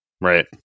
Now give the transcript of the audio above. right